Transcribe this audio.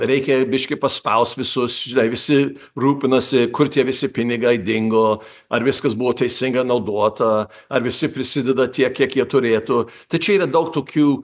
reikia biškį paspaust visus visi rūpinasi kur tie visi pinigai dingo ar viskas buvo teisinga naudota ar visi prisideda tiek kiek jie turėtų tai čia yra daug tokių